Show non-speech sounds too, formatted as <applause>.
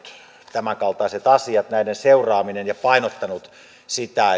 tämänkaltaiset asiat näiden seuraamisen ja painottanut sitä <unintelligible>